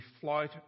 flight